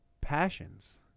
passions